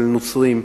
כולל נוצרים,